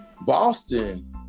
Boston